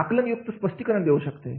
आकलन युक्त स्पष्टीकरण देऊ शकते